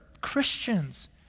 Christians